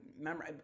memory